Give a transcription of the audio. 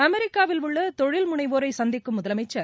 அமெரிக்காவில் உள்ள தொழில் முனைவோரை சந்திக்கும் முதலமைச்சர்